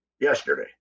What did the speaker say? yesterday